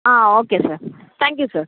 okay sir thank you sir